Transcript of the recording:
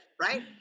right